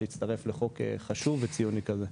להצטרף לחוק חשוב וציוני כזה.